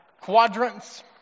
quadrants